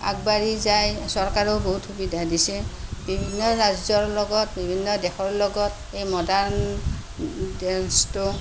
আগবাঢ়ি যায় চৰকাৰেও বহুত সুবিধা দিছে বিভিন্ন ৰাজ্যৰ লগত বিভিন্ন দেশৰ লগত এই মডাৰ্ণ ডেন্সটো